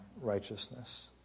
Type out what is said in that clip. Righteousness